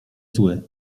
zły